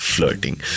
Flirting